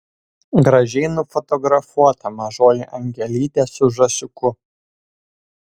gražiai nufotografuota mažoji angelytė su žąsiuku